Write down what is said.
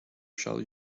shall